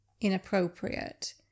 inappropriate